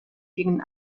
gegen